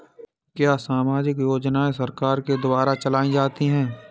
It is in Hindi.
क्या सामाजिक योजनाएँ सरकार के द्वारा चलाई जाती हैं?